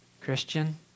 Christian